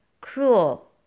cruel